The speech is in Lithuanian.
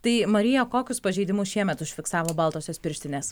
tai marija kokius pažeidimus šiemet užfiksavo baltosios pirštinės